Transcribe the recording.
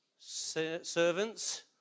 Servants